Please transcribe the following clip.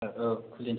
औ खुलिनोसै